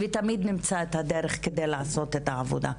ותמיד נמצא את הדרך כדי לעשות את העבודה.